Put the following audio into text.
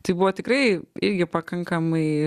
tai buvo tikrai irgi pakankamai